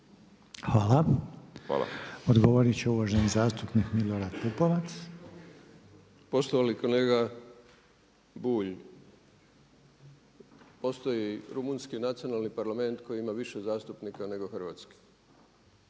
(HDZ)** Odgovoriti će uvaženi zastupnik Milorad Pupovac. **Pupovac, Milorad (SDSS)** Poštovani kolega Bulj, postoji Rumunjski nacionalni parlament koji ima više zastupnika nego hrvatski